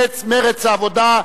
מרצ-העבודה,